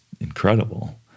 incredible